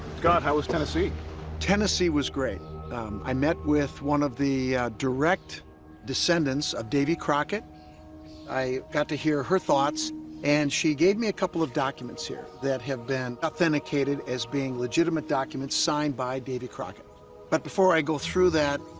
god how was tennessee tennessee was great um i met with one of the direct descendants of davy crockett i got to hear her thoughts and she gave me a couple of documents here that have been authenticated as being legitimate documents signed by davy crockett but before i go through that